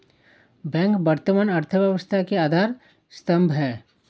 bank वर्तमान अर्थव्यवस्था के आधार स्तंभ है